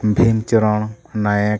Bhim Charan Nayak